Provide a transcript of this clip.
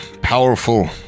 powerful